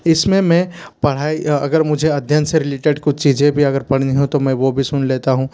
इस में मैं पढ़ाई अगर मुझे अध्यन से रिलेटेड कुछ चीज़ें भी अगर पढ़नी हों तो मैं वो भी सुन लेता हूँ